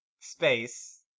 space